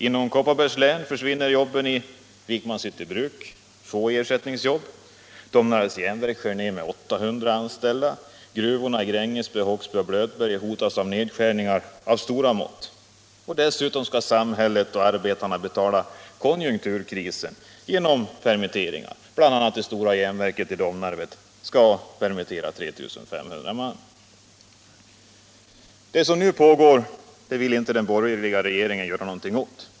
Inom Kopparbergs län försvinner jobben i Vikmanshytte bruk, få ersättningsjobb ordnas —- och Domnarvets Jernverk skär ner med 800 anställda. Gruvorna i Grängesberg, Håksberg och Blötberget hotas av nedskärningar av stora mått. Dessutom skall samhället och arbetarna betala konjunkturkrisen genom permitteringar. Bl. a. skall det stora järnverket i Domnarvet permittera 3 500 man. Det som nu pågår vill inte den borgerliga regeringen göra någonting åt.